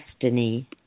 destiny